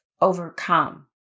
overcome